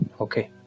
Okay